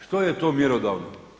Što je to mjerodavno?